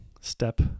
Step